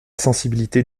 sensibilité